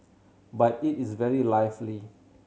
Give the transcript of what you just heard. but it is very lively